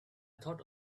thought